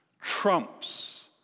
trumps